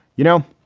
you know,